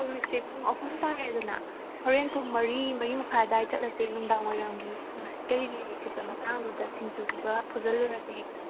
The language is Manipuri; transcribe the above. ꯍꯧꯖꯤꯛꯁꯦ ꯄꯨꯡ ꯑꯍꯨꯝ ꯇꯥꯔꯦꯗꯅ ꯍꯣꯔꯦꯟ ꯄꯨꯡ ꯃꯔꯤ ꯃꯔꯤ ꯃꯈꯥꯏ ꯑꯗꯥꯏꯗ ꯆꯠꯂꯁꯦ ꯅꯨꯡꯗꯥꯡ ꯋꯥꯏꯔꯝꯒꯤ ꯅꯨꯡꯁꯤꯠꯀ ꯂꯤꯔꯤ ꯂꯤꯔꯤ ꯁꯤꯠꯄ ꯃꯇꯥꯡꯗꯨꯗ ꯁꯤꯡꯖꯨꯗꯨꯒ ꯐꯨꯖꯤꯜꯂꯨꯔꯁꯦ ꯍꯦꯛꯇ